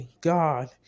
God